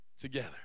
together